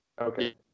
Okay